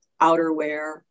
outerwear